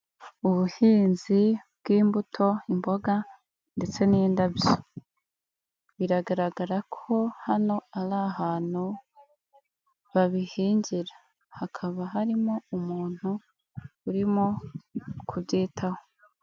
Ubuhinzi bw'imbuto, imboga ndetse n'indabyo, biragaragara ko hano ari ahantu babihingira, hakaba harimo umuntu urimo kubyitaho.